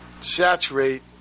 saturate